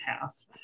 half